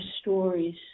stories